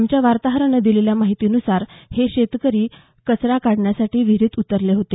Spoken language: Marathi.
आमच्या वार्ताहरानं दिलेल्या माहितीनुसार हे शेतकरी कचरा काढण्यासाठी विहिरीत उतरले होते